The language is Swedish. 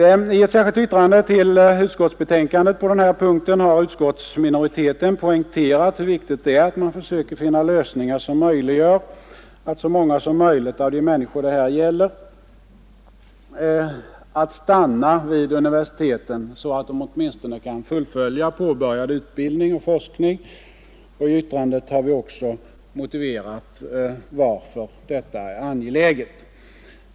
I ett särskilt yttrande till utskottsbetänkandet på denna punkt har utskottsminoriteten poängterat hur viktigt det är att försöka finna lösningar som möjliggör för så många som möjligt av de människor som det här gäller att stanna vid universiteten så att de åtminstone kan fullfölja påbörjad utbildning och forskning. I yttrandet har vi också motiverat varför detta är angeläget.